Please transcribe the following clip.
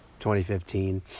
2015